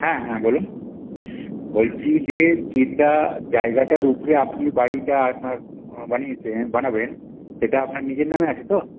হ্যাঁ হ্যাঁ বলুন বলছি যে যেটা জায়গাটার উপরে আপনি বাড়িটা আপনার বানিয়েছেন বানাবেন সেটা আপনার নিজের নামে আছে তো